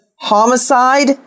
homicide